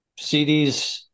CDs